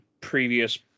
previous